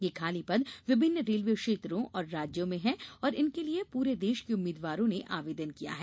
ये खाली पद विभिन्न रेलवे क्षेत्रों और राज्यों में हैं और इनके लिए पूरे देश के उम्मीदवारों ने आवेदन किया है